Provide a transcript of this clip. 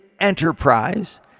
enterprise